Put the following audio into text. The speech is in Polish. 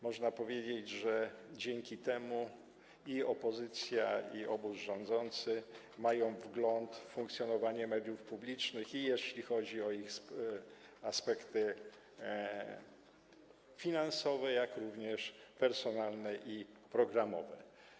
Można powiedzieć, że dzięki temu i opozycja, i obóz rządzący ma wgląd w funkcjonowanie mediów publicznych, jeśli chodzi o ich aspekty finansowe, jak również personalne i programowe.